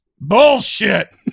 Bullshit